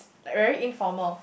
like very informal